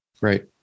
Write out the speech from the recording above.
Right